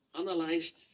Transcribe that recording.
analyzed